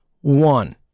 one